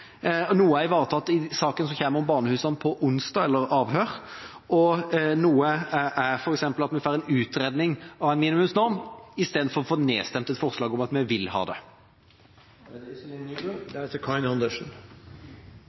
på onsdag, og noe er f.eks. ivaretatt ved at vi får en utredning av en minimumsnorm, istedenfor å få nedstemt et forslag om at vi vil ha